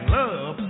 love